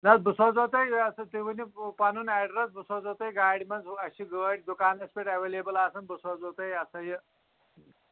نہ حظ بہٕ سوزو تۄہہِ یہِ ہَسا تُہۍ ؤنِو پَنُن ایڈرَس بہٕ سوزو تۄہہِ گاڑِ منٛز ہُہ اَسہِ چھِ گٲڑۍ دُکانَس پٮ۪ٹھ ایویلیبٕل آسان بہٕ سوزو تۄہہِ یہِ ہَسا یہِ